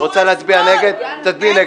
גברתי, את רוצה להצביע בעד, תצביעי בעד.